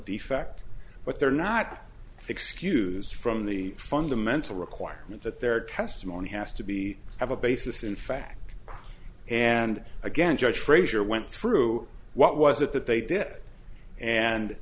defect but they're not excused from the fundamental requirement that their testimony has to be have a basis in fact and again judge frazier went through what was it that they did and